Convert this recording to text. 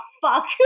fuck